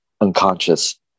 unconscious